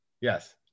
Yes